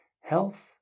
health